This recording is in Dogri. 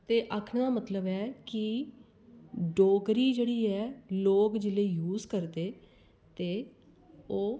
ते आक्खनै दा मतलब ऐ की डोगरी जेह्ड़ी ऐ लोग जेल्लै यूज़ करदे ते ओह्